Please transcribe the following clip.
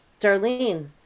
Darlene